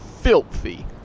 filthy